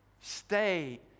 Stay